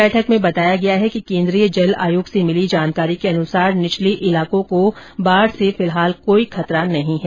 बैठक में बताया गया है कि केंद्रीय जल आयोग से मिली जानकारी के अनुसार निचले इलाकों को बाढ़ से फिलहाल कोई खतरा नहीं है